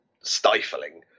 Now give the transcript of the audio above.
stifling